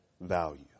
value